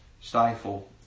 stifle